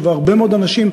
עכשיו, הרבה מאוד אנשים,